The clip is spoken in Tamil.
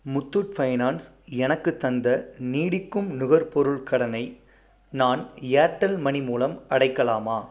முத்தூட் ஃபைனான்ஸ் எனக்குத் தந்த நீடிக்கும் நுகர்பொருள் கடனை நான் ஏர்டெல் மனி மூலம் அடைக்கலாமா